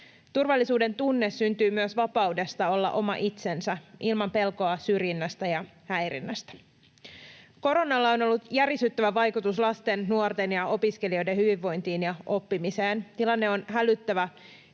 Turvallisuudentunne syntyy myös vapaudesta olla oma itsensä ilman pelkoa syrjinnästä ja häirinnästä. Koronalla on ollut järisyttävä vaikutus lasten, nuorten ja opiskelijoiden hyvinvointiin ja oppimiseen. Tilanne on hälyttävä